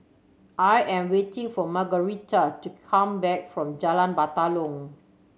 I am waiting for Margueritta to come back from Jalan Batalong